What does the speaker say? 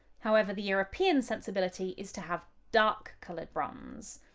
however, the european sensibility is to have dark-coloured bronze,